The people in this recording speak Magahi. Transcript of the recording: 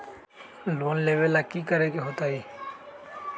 लोन लेवेला की करेके होतई?